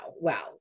Wow